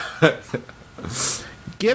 Give